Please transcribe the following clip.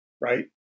right